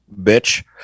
bitch